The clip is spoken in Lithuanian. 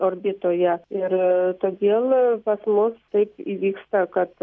orbitoje ir todėl pas mus taip įvyksta kad